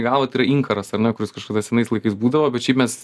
gavo tai yra inkaras ar ne kuris kažkada senais laikais būdavo bet šaip mes